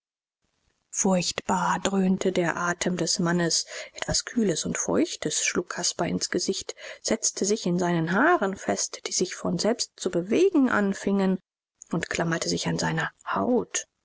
furchtbar dröhnte der atem des mannes etwas kühles und feuchtes schlug caspar ins gesicht setzte sich in seinen haaren fest die sich von selbst zu bewegen anfingen und klammerte sich an seine haut